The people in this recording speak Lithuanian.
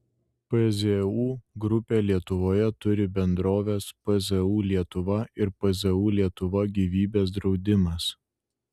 pzu grupė lietuvoje turi bendroves pzu lietuva ir pzu lietuva gyvybės draudimas